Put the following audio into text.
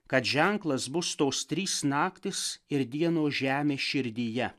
kad ženklas bus tos trys naktys ir dienos žemė širdyje